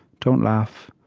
don't laugh.